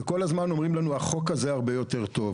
וכל הזמן אומרים לנו שהחוק הזה יותר טוב,